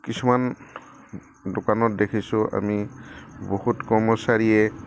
কিছুমান দোকানত দেখিছোঁ আমি বহুত কৰ্মচাৰীয়ে